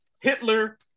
Hitler